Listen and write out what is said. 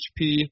HP